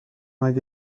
اگه